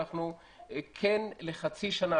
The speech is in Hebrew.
אנחנו כן ניתן לזה תמיכה לחצי שנה,